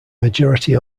majority